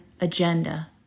agenda